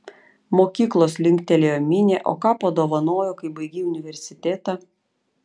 mokyklos linktelėjo minė o ką padovanojo kai baigei universitetą